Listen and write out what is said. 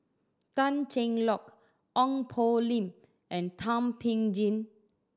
Tan Cheng Lock Ong Poh Lim and Thum Ping Tjin